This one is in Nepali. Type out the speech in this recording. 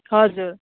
हजुर